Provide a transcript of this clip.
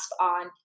on